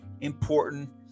important